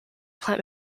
plant